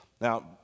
Now